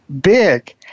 big